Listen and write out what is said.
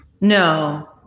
no